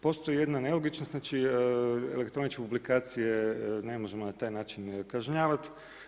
Postoji jedna nelogičnost, znači elektroničke publikacije ne možemo na taj način kažnjavati.